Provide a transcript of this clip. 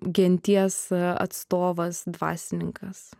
genties atstovas dvasininkas